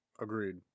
Agreed